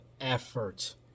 effort